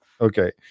Okay